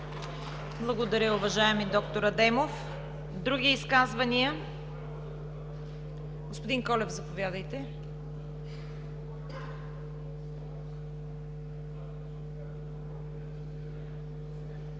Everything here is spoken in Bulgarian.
Благодаря, уважаеми д-р Адемов. Други изказвания? Господин Колев, заповядайте. ГЕОРГИ